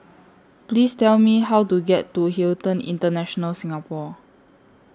Please Tell Me How to get to Hilton International Singapore